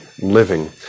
living